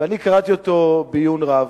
ואני קראתי אותו בעיון רב.